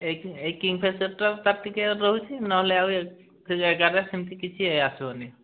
ଏଇ କି ଏଇ କିଙ୍ଗଫିସର୍ଟା ତାର ଟିକେ ରହୁଛି ନହେଲେ ଆଉ ଏ ଏଗାରେ ସେମତି କିଛି ଆସିବନି